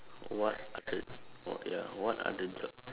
what other what ya what other job